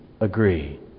agree